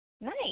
Nice